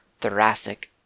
thoracic